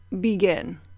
begin